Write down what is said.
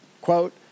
Quote